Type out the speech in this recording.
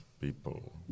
people